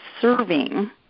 serving